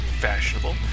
fashionable